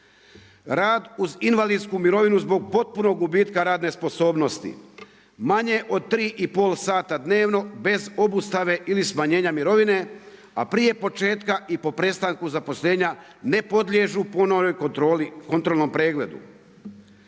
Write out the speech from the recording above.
Rad uz invalidsku mirovinu zbog potpunog gubitka radne sposobnosti, manje od 3,5 sata dnevno bez obustave ili smanjenja mirovine, a prije početka i po prestanku zaposlenja ne podliježu ponovnom kontrolnom pregledu.